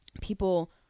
people